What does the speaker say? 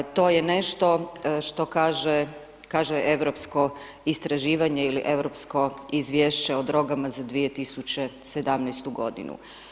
To je nešto što kaže europsko istraživanje ili Europsko izvješće o drogama za 2017. godinu.